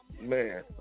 Man